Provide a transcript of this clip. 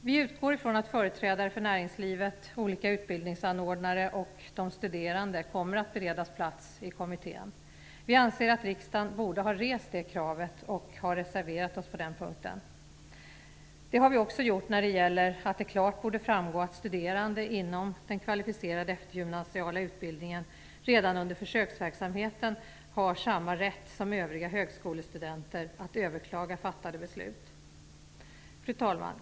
Vi utgår ifrån att företrädare för näringslivet, olika utbildningsanordnare och de studerande kommer att beredas plats i kommittén. Vi kristdemokrater anser att riksdagen borde ha rest det kravet, och vi har reserverat oss på den punkten. Det har vi också gjort när det gäller att det klart borde framgå att studerande inom den kvalificerade eftergymnasiala utbildningen redan under försöksverksamheten har samma rätt som övriga högskolestudenter att överklaga fattade beslut. Fru talman!